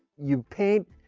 you paint,